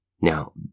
Now